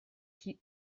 qui